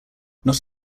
not